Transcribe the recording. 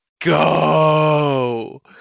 go